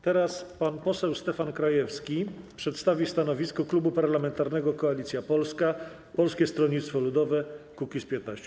Teraz pan poseł Stefan Krajewski przedstawi stanowisko Klubu Parlamentarnego Koalicja Polska - Polskie Stronnictwo Ludowe - Kukiz15.